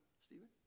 Stephen